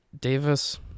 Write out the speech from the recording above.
Davis